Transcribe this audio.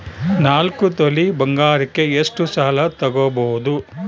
ನಾಲ್ಕು ತೊಲಿ ಬಂಗಾರಕ್ಕೆ ಎಷ್ಟು ಸಾಲ ತಗಬೋದು?